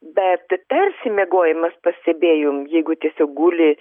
bet persimiegojimas pastebėjom jeigu tiesiog guli